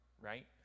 right